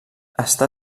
està